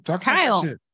Kyle